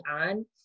on